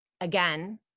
again